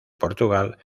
portugal